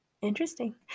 Interesting